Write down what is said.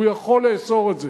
הוא יכול לאסור את זה.